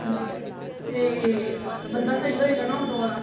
ਠੀਕ ਹੈ ਅਤੇ ਬੰਦਾ ਸਹੀ ਹੋਏਗਾ ਨਾ ਔਟੋ ਵਾਲਾ